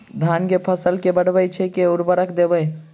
धान कऽ फसल नै बढ़य छै केँ उर्वरक देबै?